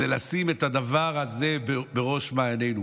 זה לשים את הדבר הזה בראש מעיינינו.